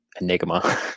enigma